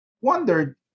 wondered